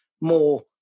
more